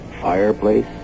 fireplace